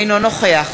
אינו נוכח